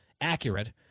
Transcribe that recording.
accurate